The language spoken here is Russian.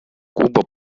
куба